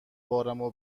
بارمو